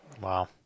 Wow